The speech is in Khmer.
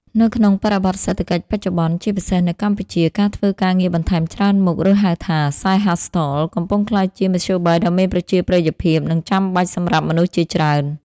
នៅក្នុងបរិបទសេដ្ឋកិច្ចបច្ចុប្បន្ន ជាពិសេសនៅកម្ពុជា ការធ្វើការងារបន្ថែមច្រើនមុខ ឬហៅថា "Side Hustle" កំពុងក្លាយជាមធ្យោបាយដ៏មានប្រជាប្រិយភាព និងចាំបាច់សម្រាប់មនុស្សជាច្រើន។